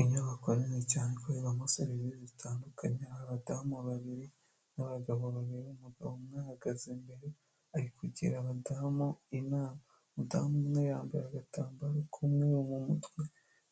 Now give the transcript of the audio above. Inyubako nini cyane iberamo serivisi zitandukanye abadamu babiri n'abagabo umugabo umwe ahagaze imbere ari kugira abadamu inama umudamu umwe yambaye agatambaro k'umweru mu mutwe